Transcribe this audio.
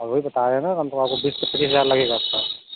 अभी तो बताया है ना बीस पच्चीस हज़ार लगेगा आपका